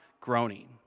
groaning